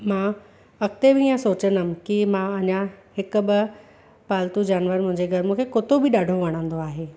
मां अॻिते बि ईअं सोचंदमि की मां अञा हिकु ॿ पालतू जानवर मुंहिंजे घरु मूंखे कुत्तो बि ॾाढो वणंदो आहे